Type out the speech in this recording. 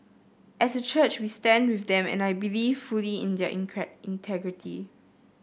as a church we stand with them and I believe fully in their integrity